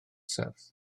serth